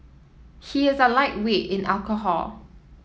he is a lightweight in alcohol